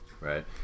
right